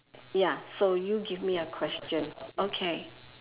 ya so you give me a question okay